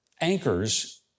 Anchors